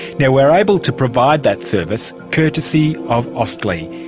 yeah we are able to provide that service courtesy of austlii.